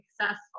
successful